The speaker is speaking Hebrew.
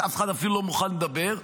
אף אחד אפילו לא מוכן לדבר,